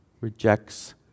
rejects